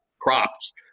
crops